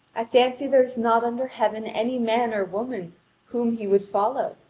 i fancy there is not under heaven any man or woman whom he would follow,